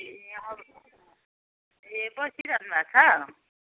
ए बसिरहनु भएको छ